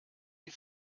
die